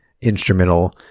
instrumental